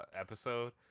episode